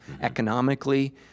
economically